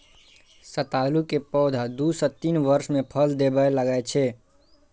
सतालू के पौधा दू सं तीन वर्ष मे फल देबय लागै छै